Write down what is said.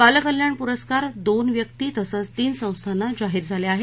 बाल कल्याण पुरस्कार दोन व्यक्ती तसंच तीन संस्थांना जाहीर झाले आहेत